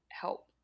help